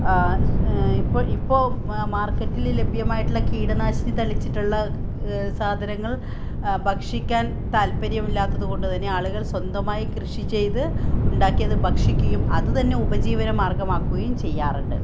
ഇപ്പോൾ ഇപ്പോൾ മാർക്കറ്റിൽ ലഭ്യമായിട്ടുള്ള കീടനാശിനി തളിച്ചിട്ടുള്ള സാധനങ്ങൾ ഭക്ഷിക്കാൻ താല്പര്യമില്ലാത്തതുകൊണ്ടുതന്നെ ആളുകൾ സ്വന്തമായി കൃഷി ചെയ്ത് ഉണ്ടാക്കി അത് ഭക്ഷിക്കുകയും അതുതന്നെ ഉപജീവനമാർഗം ആക്കുകയും ചെയ്യാറുണ്ട്